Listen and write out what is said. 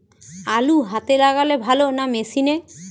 আলু হাতে লাগালে ভালো না মেশিনে?